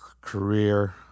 career